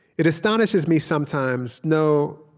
it astonishes me sometimes no,